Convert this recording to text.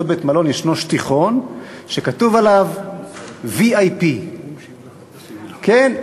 בית-מלון ישנו שטיחון שכתוב עליו VIP. כן,